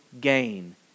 gain